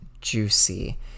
juicy